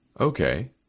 Okay